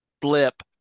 blip